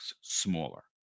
smaller